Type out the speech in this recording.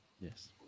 Yes